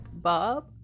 Bob